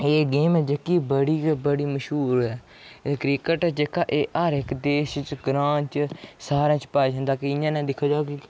एह् गेम ऐ जेह्की बड़ी गै बड़ी मश्हूर ऐ एह् क्रिकेट ऐ जेह्का एह् हर इक देश च ग्रां च सारें च पाए जंदा कि इ'यां नै दिक्खो